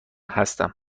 هستم